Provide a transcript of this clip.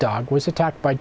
dog was attacked by